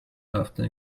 after